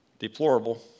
deplorable